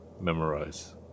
Memorize